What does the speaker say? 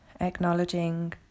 acknowledging